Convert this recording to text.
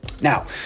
now